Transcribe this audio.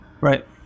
right